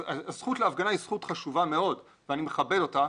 הזכות להפגנה היא זכות חשובה מאוד ואני מכבד אותה,